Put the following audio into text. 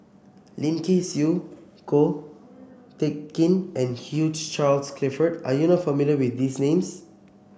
Lim Kay Siu Ko Teck Kin and Hugh Charles Clifford are you not familiar with these names